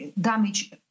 damage